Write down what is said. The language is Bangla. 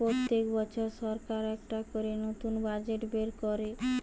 পোত্তেক বছর সরকার একটা করে নতুন বাজেট বের কোরে